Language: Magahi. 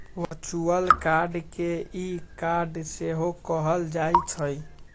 वर्चुअल कार्ड के ई कार्ड सेहो कहल जाइ छइ